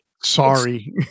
sorry